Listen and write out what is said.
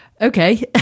okay